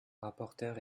rapporteur